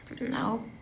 No